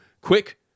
quick